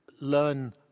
learn